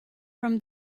from